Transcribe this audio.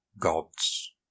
gods